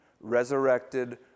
resurrected